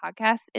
Podcast